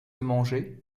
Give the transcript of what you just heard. mangeaient